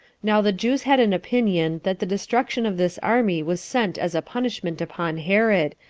now the jews had an opinion that the destruction of this army was sent as a punishment upon herod,